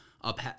up